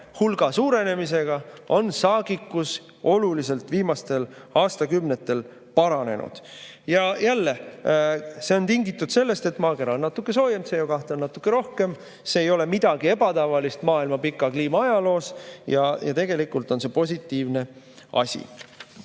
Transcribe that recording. CO2hulga suurenemisega on saagikus viimastel aastakümnetel oluliselt paranenud. Ja jälle, see on tingitud sellest, et maakera on natuke soojem, CO2on natuke rohkem. See ei ole midagi ebatavalist maailma kliima pikas ajaloos ja tegelikult on see positiivne asi.